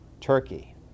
Turkey